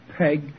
Peg